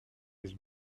his